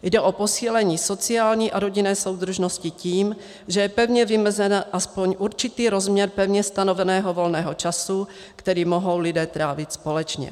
Jde o posílení sociální a rodinné soudržnosti tím, že je pevně vymezen aspoň určitý rozměr pevně stanoveného času, který mohou lidé trávit společně.